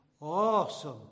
awesome